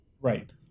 Right